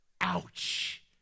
Ouch